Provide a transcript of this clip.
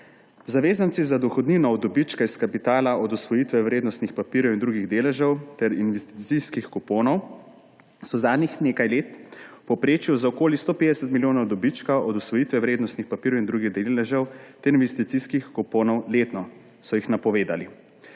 Zavezanci za dohodnino od dobička iz kapitala od odsvojitve vrednostnih papirjev in drugih deležev ter investicijskih kuponov so zadnjih nekaj let v povprečju za okoli 150 milijonov dobička od odsvojitve vrednostnih papirjev in drugih deležev ter investicijskih kuponov letno napovedali.